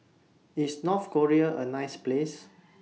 IS North Korea A nice Place